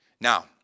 Now